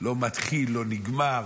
לא מתחיל, לא נגמר.